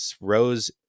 Rose